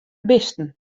bisten